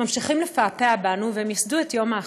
ממשיכים לפעפע בנו, והם מיסדו את יום האחדות.